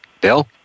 Bill